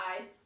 eyes